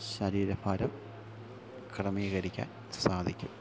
ശരീരഭാരം ക്രമീകരിക്കാൻ സാധിക്കും